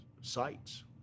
sites